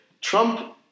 Trump